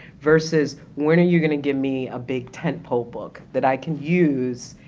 versus when are you going to give me a big tent pole book that i can use,